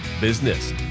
business